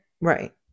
Right